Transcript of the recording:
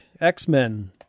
x-men